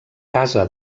casa